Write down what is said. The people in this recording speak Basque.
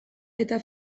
eta